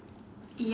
yup